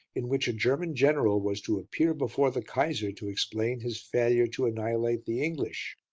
in which a german general was to appear before the kaiser to explain his failure to annihilate the english.